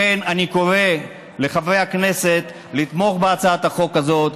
אני קורא לחברי הכנסת לתמוך בהצעת החוק הזאת.